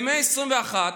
במאה ה-21,